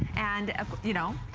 and you know,